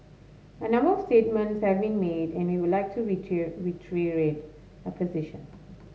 a number of statements have made and we will like to our position